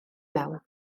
mewn